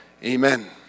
Amen